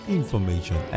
information